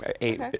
eight